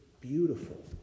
beautiful